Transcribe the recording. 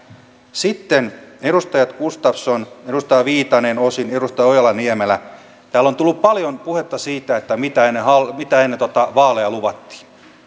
sitten edustaja gustafsson edustaja viitanen osin edustaja ojala niemelä täällä on tullut paljon puhetta siitä mitä ennen vaaleja luvattiin